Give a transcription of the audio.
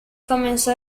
comenzó